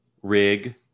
rig